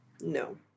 No